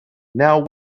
now